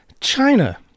China